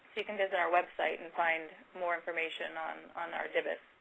you can visit our website and find more information on on our dbhis.